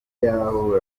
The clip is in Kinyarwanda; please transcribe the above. y’aho